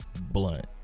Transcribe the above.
Blunt